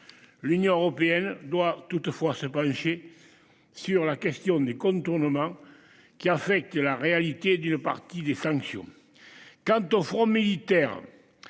L'Union européenne doit toutefois se pencher. Sur la question des contournements qui affectent la réalité d'une partie des sanctions. Quant au front militaire.